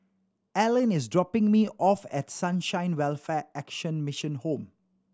Arlyn is dropping me off at Sunshine Welfare Action Mission Home